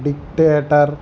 dictator